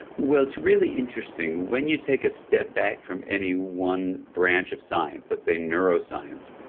well, it's really interesting. when you take a step back from any one branch of science let's say neuroscience,